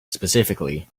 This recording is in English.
specifically